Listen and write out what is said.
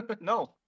no